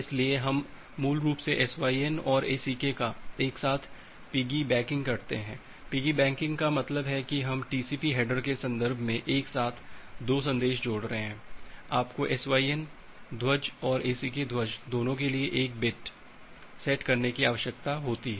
इसलिए हम मूल रूप से SYN और ACK का एक साथ पिग्गी बैकिंग करते हैं पिग्गी बैकिंग का मतलब है कि हम टीसीपी हैडर के संदर्भ में एक साथ 2 संदेश जोड़ रहे हैं आपको SYN ध्वज और ACK ध्वज दोनों के लिए बिट 1 सेट करने की आवश्यकता होती है